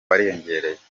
wariyongereye